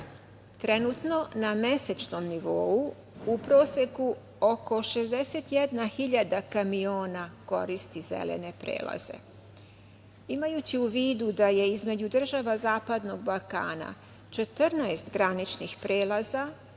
Trenutno na mesečnom nivou u proseku oko 61.000 kamiona koristi zelene prelaze. Imajući u vidu da je između država zapadnog Balkana 14 graničnih prelaza